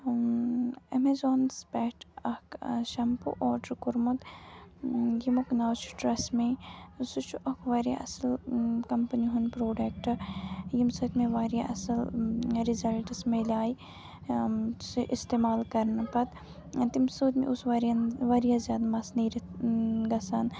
اٮ۪مَزانَس پٮ۪ٹھ اَکھ shampoo order کوٚرمُت ییٚمیُک ناو چھُ ٹرٛسمے سُہ چھُ اَکھ واریاہ اَصٕل کَمپٔنی ہُنٛد پرٛوڈَکٹ ییٚمہِ سۭتۍ مےٚ واریاہ اَصٕل رِزَلٹٕس میلیٛاے سُہ استعمال کَرنہٕ پَتہٕ تمہِ سۭتۍ مےٚ اوس واریاہ واریاہ زیادٕ مَس نیٖرِتھ گژھان